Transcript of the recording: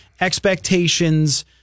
expectations